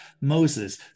Moses